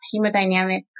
hemodynamic